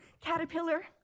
Caterpillar